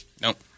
Nope